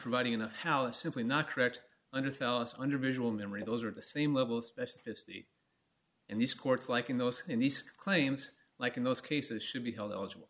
providing enough power simply not correct under fellas under visual memory those are the same level of specificity in these courts like in those in these claims like in those cases should be held